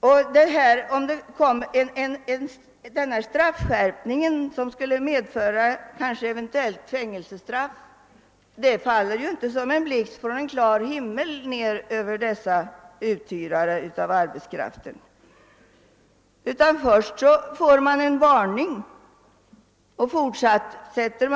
En sådan skärpning av straffet att brott mot lagen eventuellt kan medföra fängelsestraff faller inte ned som en blixt från klar himmel över dessa uthyrare av arbetskraft. Först får de en varning. Fortsätter de